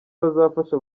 bazafasha